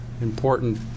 important